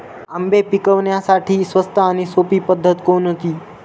आंबे पिकवण्यासाठी स्वस्त आणि सोपी पद्धत कोणती?